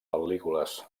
pel·lícules